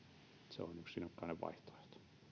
se on yksi rinnakkainen vaihtoehto